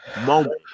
moment